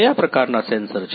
કયા પ્રકારનાં સેન્સર છે